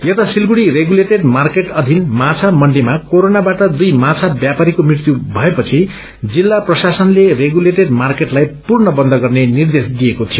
यता Siliguri regulated market अधीन माछा मण्डीमा कोरोनाबाट दुइ माछा व्यापारीको मृत्यु भएपछि जिल्ला प्रशासले रेगुलेटेड माकेँटलाई पूर्ण बन्द गर्ने निर्देश दिएको थियो